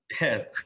Yes